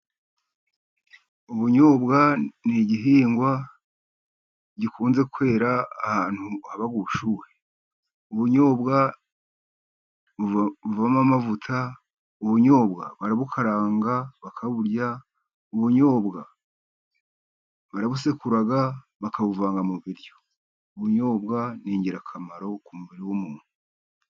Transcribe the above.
Ubunyobwa ni igihingwa gikunze kwera ahantu haba ubushyuhe. Ubunyobwa buvamo amavuta, ubunyobwa barabukaranga bakaburya, ubunyobwa barabusekura bakabuvanga mu biryo. Ubunyobwa ni ingirakamaro ku mubiri w'umuntu.